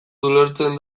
ulertzen